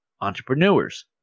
entrepreneurs